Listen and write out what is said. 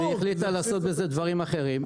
היא החליטה לעשות בזה דברים אחרים.